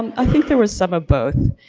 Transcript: i think there were some of both.